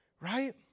Right